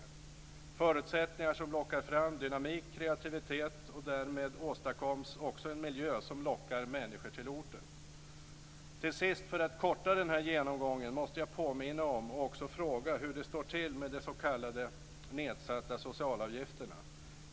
Det ska vara förutsättningar som lockar fram dynamik, kreativitet och därmed åstadkommer en miljö som lockar människor till orten. Till sist måste jag påminna om och fråga hur det står till med de s.k. nedsatta socialavgifterna.